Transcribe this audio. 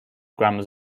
grammars